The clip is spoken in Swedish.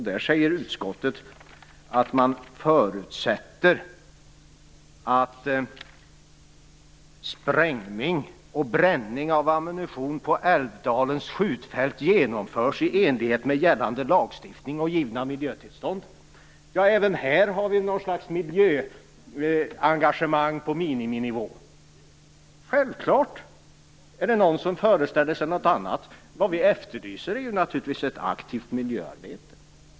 Utskottet säger att man förutsätter att "sprängning och bränning av ammunition på Älvdalens skjutfält genomförs i enlighet med gällande lagstiftning och givna miljötillstånd". Även här har vi ett slags miljöengagemang på miniminivå. Självklart! Är det någon som föreställer sig något annat? Vad vi efterlyser är naturligvis ett aktivt miljöarbete.